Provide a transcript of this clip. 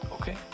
okay